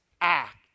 act